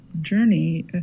journey